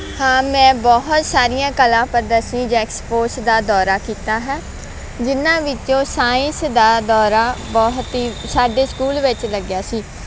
ਹਾਂ ਮੈਂ ਬਹੁਤ ਸਾਰੀਆਂ ਕਲਾ ਪ੍ਰਦਰਸ਼ਨੀ ਜੇਕਸਪੋਸ ਦਾ ਦੌਰਾ ਕੀਤਾ ਹੈ ਜਿਨ੍ਹਾਂ ਵਿੱਚੋਂ ਸਾਇੰਸ ਦਾ ਦੌਰਾ ਬਹੁਤ ਹੀ ਸਾਡੇ ਸਕੂਲ ਵਿੱਚ ਲੱਗਿਆ ਸੀ